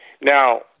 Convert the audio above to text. Now